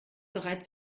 bereits